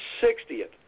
sixtieth